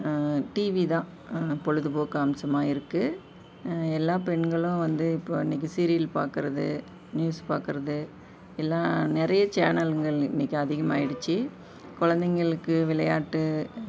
TV தான் பொழுதுபோக்கு அம்சமாக இருக்குது எல்லா பெண்களும் வந்து இப்போது இன்றைக்கு சீரியல் பார்க்குறது நியூஸ் பார்க்குறது எல்லாம் நிறைய சேனல்கள் இன்றைக்கு அதிகமாயிடுச்சு கொழந்தைங்களுக்கு விளையாட்டு